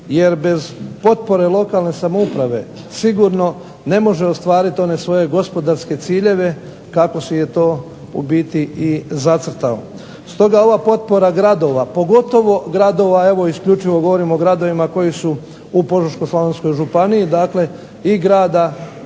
jer bez potpore lokalne samouprave sigurno ne može ostvariti one svoje gospodarske ciljeve kako si je to u biti i zacrtao. Stoga ova potpora gradova, pogotovo gradova, evo isključivo govorimo o gradovima koji su u Požeško-slavonskoj županiji, dakle i grada